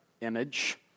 image